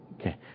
okay